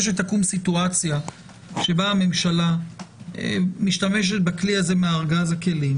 שתקום סיטואציה שבה הממשלה משתמשת בכלי הזה מארגז הכלים